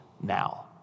now